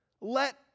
Let